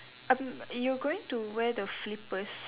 you going to wear the flippers